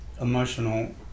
emotional